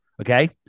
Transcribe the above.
Okay